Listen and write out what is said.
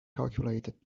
calculated